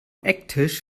ecktisch